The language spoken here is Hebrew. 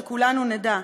שכולנו נדע.